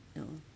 no